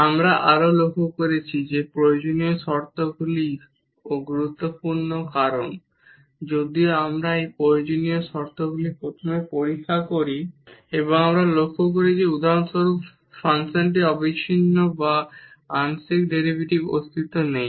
আমরা আরও লক্ষ্য করেছি যে প্রয়োজনীয় শর্তগুলিও গুরুত্বপূর্ণ কারণ যদি আমরা এই প্রয়োজনীয় শর্তগুলি প্রথমে পরীক্ষা করি এবং আমরা লক্ষ্য করি যে উদাহরণস্বরূপ ফাংশনটি অবিচ্ছিন্ন নয় বা আংশিক ডেরিভেটিভসের অস্তিত্ব নেই